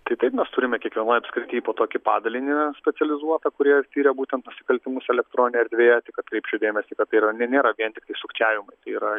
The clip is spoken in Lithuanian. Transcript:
tai taip mes turime kiekvienoj apskirty po tokį padalinį specializuotą kurie tiria būtent nusikaltimus elektroninėj erdvėje tik atkreipsiu dėmesį kad tai yra ne nėra vien tik sukčiavimai tai yra